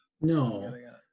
No